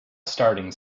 starting